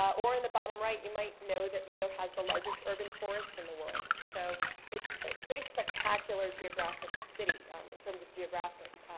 or in the bottom right, you might know that rio has the largest urban forest in the world. so it's a pretty spectacular geographic city um in terms of geographic